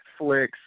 Netflix